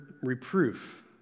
reproof